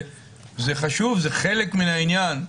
זה חשוב, זה חלק מן העניין.